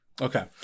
Okay